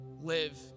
live